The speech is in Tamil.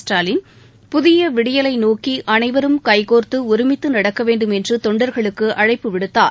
ஸ்டாலின் புதியவிடியலைநோக்கிஅனைவரும் கைகோர்த்துஒருமித்துநடக்கவேண்டும் என்றுதொண்டர்களுக்குஅழைப்பு விடுத்தார்